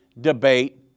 debate